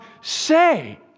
say